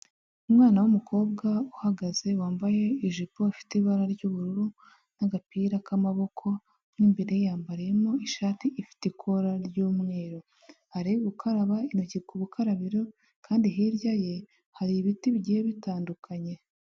Umwana w'umukobwa uhagaze wambaye ijipo ifite ibara ry'ubururu n'agapira k'amaboko mo imbere yambariyemo ishati ifite ikora ry'umweru, ari gukaraba intoki k'ubukarabiro kandi hirya ye hari ibiti bigiye bitandukanye.